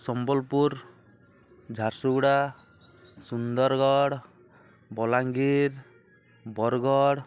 Sambalpur Jharsuguda Sundargarh Balangir Bargarh